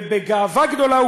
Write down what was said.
ובגאווה גדולה,